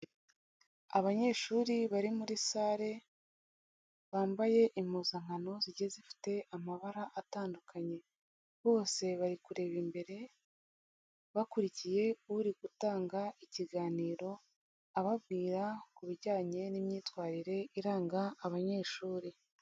Abanyeshuri bari muri sale bambaye impuzankano zigiye zifite amabara atandukanye, bose bari kureba imbere bakurikiye uri gutanga ikiganiro, ababwira ku bijyanye n'imyitwarire iranga abanyeshuri.